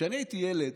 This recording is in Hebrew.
כשאני הייתי ילד,